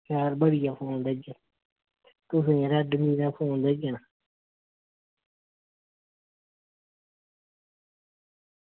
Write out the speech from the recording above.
शैल बधिया फोन देगे तुसेंगी रेडमी दा फोन देगे ना